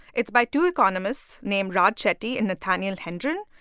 it's by two economists named raj chetty and nathaniel hendren.